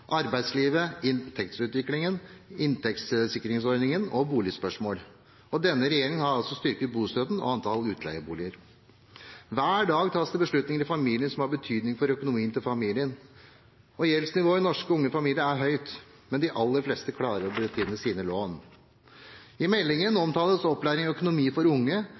arbeidslivet, inntektsutviklingen, inntektssikringsordningen og boligspørsmål. Denne regjeringen har styrket bostøtten og antall utleieboliger. Hver dag tas det beslutninger i familien som har betydning for økonomien til familien. Gjeldsnivået i norske, unge familier er høyt, men de aller fleste klarer å betjene sine lån. I meldingen omtales opplæring i økonomi for unge,